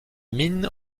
mines